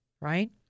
Right